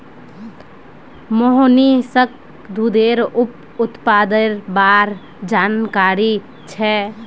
मोहनीशक दूधेर उप उत्पादेर बार जानकारी छेक